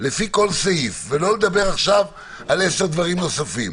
לפי כל סעיף, ולא לדבר עכשיו על עשר דברים נוספים.